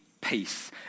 peace